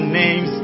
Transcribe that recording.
names